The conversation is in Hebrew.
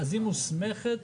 פסקה